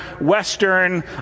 Western